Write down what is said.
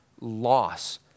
loss